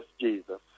Jesus